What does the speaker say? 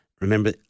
remember